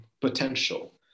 potential